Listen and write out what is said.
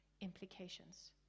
implications